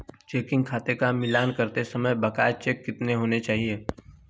Checking खाते का मिलान करते समय बकाया चेक कितने होने चाहिए?